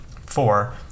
Four